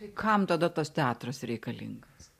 tai kam tada tas teatras reikalingas